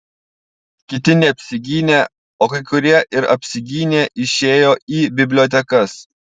kiti neapsigynę o kai kurie ir apsigynę išėjo į bibliotekas